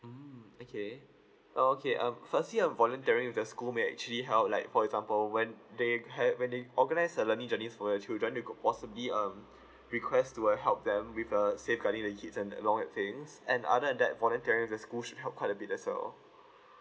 mm okay oh okay um firstly um volunteering the school may actually help like for example when they have when they organise uh learning journeys for your children they could possibly um request to uh help them with a safeguarding the kids and a lot of things and other than that voluteering the school should help quite a bit as well